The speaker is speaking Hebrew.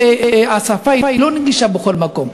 והשפה אינה נגישה בכל מקום.